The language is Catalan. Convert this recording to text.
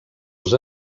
els